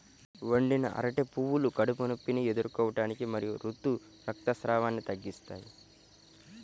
వండిన అరటి పువ్వులు కడుపు నొప్పిని ఎదుర్కోవటానికి మరియు ఋతు రక్తస్రావాన్ని తగ్గిస్తాయి